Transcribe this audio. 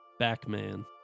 Backman